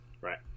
Right